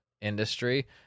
industry